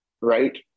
right